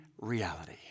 reality